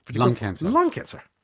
lung cancer? lung cancer.